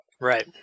Right